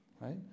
Right